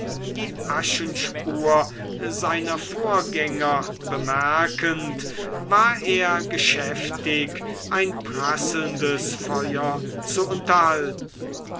die aschenspur seiner vorgänger bemerkend war er geschäftig ein prasselndes feuer zu unterhalten